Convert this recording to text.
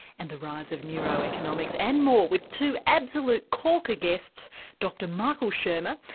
and the rise of neuroeconomics and more. with two absolute corker guests dr michael shermer,